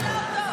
תודה רבה.